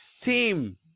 team